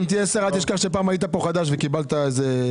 אם תהיה שר אל תשכח שפעם היית חדש פה וקיבלת הסבר.